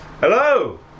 Hello